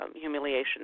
humiliation